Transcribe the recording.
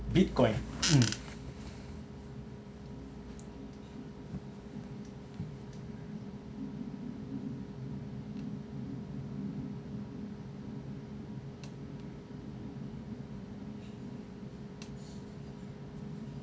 bitcoin mm